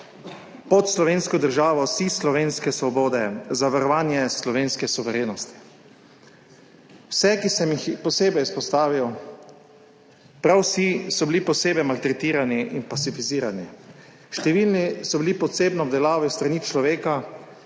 Pod slovensko državo, Sij slovenske svobode, Zavarovanje slovenske suverenosti. Vse, ki sem jih posebej izpostavil, prav vsi so bili posebej maltretirani in pasificirani, številni so bili pod osebno obdelavo s strani človeka,